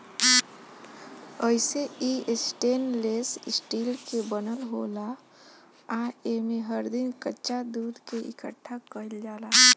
अइसे इ stainless steel के बनल होला आ एमे हर दिन कच्चा दूध के इकठ्ठा कईल जाला